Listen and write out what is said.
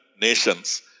Nations